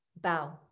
bow